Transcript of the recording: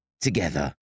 together